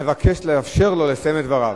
אני מבקש לאפשר לו לסיים את דבריו.